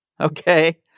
Okay